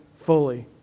fully